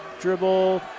dribble